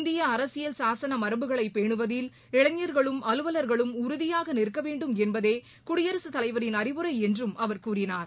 இந்திய அரசியல் சாசன மரபுகளைப் பேனுவதில் இளைஞர்களும் அலுவல்களும் உறுதியாக நிற்க வேண்டும் என்பதே குடியரசுத் தலைவரின் அறிவுரை என்றும் அவர் கூறினார்